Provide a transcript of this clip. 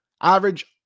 average